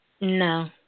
No